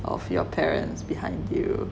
of your parents behind you